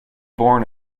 born